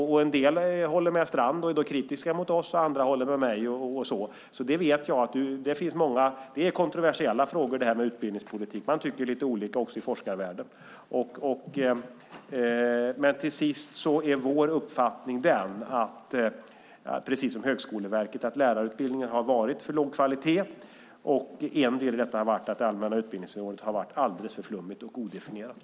En del håller med Strand och är kritiska mot oss, och andra håller med mig. Det här med utbildningspolitik är kontroversiella frågor, och man tycker lite olika också i forskarvärlden. Men till sist är vår uppfattning, precis som Högskoleverkets, att lärarutbildningen har haft för låg kvalitet. En del i detta har varit att det allmänna utbildningsområdet har varit alldeles för flummigt och odefinierat.